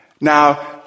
Now